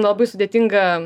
labai sudėtinga